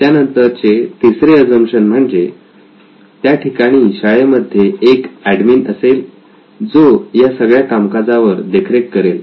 त्यानंतर चे तिसरे अझम्पशन म्हणजे त्या ठिकाणी शाळेमध्ये एक एडमिन असेल जो या सगळ्या कामकाजावर देखरेख करेल